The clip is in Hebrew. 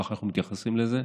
ככה אנחנו מתייחסים לזה,